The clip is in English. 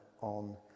on